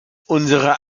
unsere